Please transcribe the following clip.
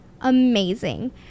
amazing